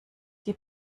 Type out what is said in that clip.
die